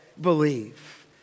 believe